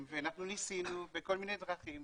גם מדינות ירוקות,